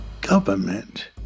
government